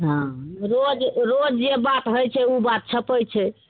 हँ रोज रोज जे बात होइत छै ओ बात छपै छै